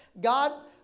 God